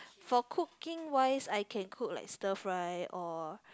for cooking wise I can cook like stir fry or